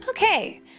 Okay